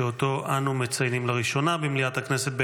שאותו אנו מציינים לראשונה במליאת הכנסת,